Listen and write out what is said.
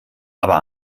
aber